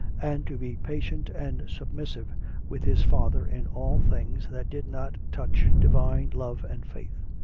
and to be patient and submissive with his father in all things that did not touch divine love and faith.